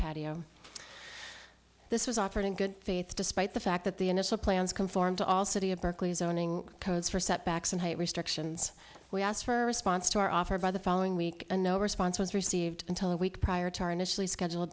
patio this was offered in good faith despite the fact that the initial plans conformed to all city of berkeley zoning codes for setbacks and height restrictions we asked for response to our offer by the following week and no response was received until a week prior to our initially schedule